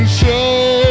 show